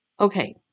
okay